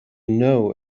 know